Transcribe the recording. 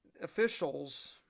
officials